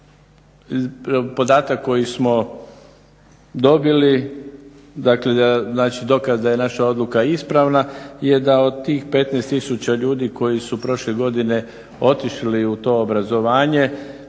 podatak koji smo dobili, dakle dokaz da je naša odluka ispravna je da od tih 15 tisuća ljudi koji su prošle godine otišli u to obrazovanje